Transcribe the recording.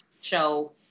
show